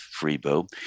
Freebo